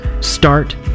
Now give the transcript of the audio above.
start